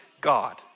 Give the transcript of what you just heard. God